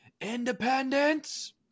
independence